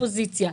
מהאופוזיציה.